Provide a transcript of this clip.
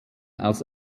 aus